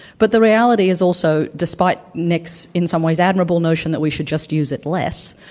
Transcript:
but the reality is also, despite nick's, in some ways, admiral notion that we should just use it less,